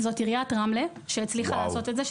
היא עיריית רמלה שהצליחה לעשות את זה.